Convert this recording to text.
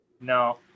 No